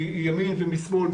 מימין ומשמאל,